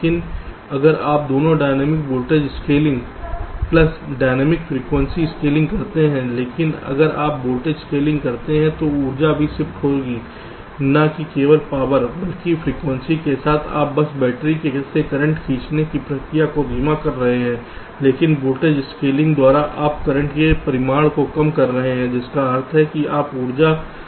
लेकिन अगर आप दोनों dynamic voltage scaling plus dynamic frequency scaling करते हैं क्योंकि अगर आप वोल्टेज स्केलिंग करते हैं तो ऊर्जा भी शिफ्ट होगी ना कि केवल पावर क्योंकि फ्रीक्वेंसी के साथ आप बस बैटरी से करंट खींचने की प्रक्रिया को धीमा कर रहे हैं लेकिन वोल्टेज स्केलिंग द्वारा आप करंट के परिमाण को कम कर रहे हैं जिसका अर्थ है कि आप ऊर्जा की बचत कर रहे हैं